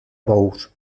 bous